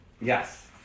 Yes